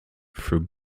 through